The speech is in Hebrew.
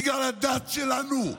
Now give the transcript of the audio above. בגלל הדת שלנו.